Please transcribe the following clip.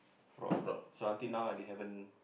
fraud so until now ah they haven't